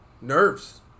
Nerves